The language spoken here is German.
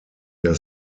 der